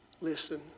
listen